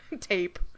tape